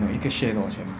买一个 share 多少钱